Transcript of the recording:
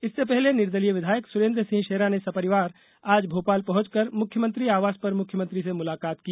इसस पहले निर्दलीय विधायक सुरेन्द्र सिंह शेरा ने सपरिवार आज भोपाल पहुंचकर मुख्यमंत्री आवास पर मुख्यमंत्री से मुलाकात की